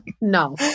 No